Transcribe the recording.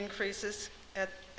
increases